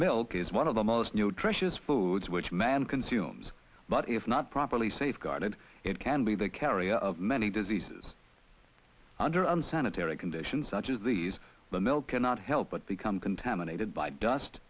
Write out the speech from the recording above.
milk is one of the most nutritious foods which man consumes but if not for fairly safeguarded it can be the carrier of many diseases under unsanitary conditions such as these the mill cannot help but become contaminated by dust